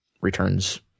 returns